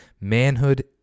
Manhood